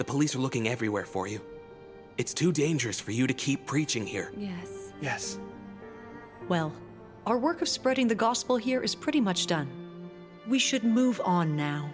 the police are looking everywhere for you it's too dangerous for you to keep preaching here yes yes well our work of spreading the gospel here is pretty much done we should move on now